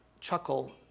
chuckle